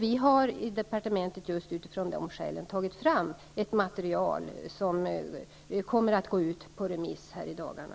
Vi har i departementet utifrån de skälen tagit fram ett material som kommer att gå ut på remiss i dagarna.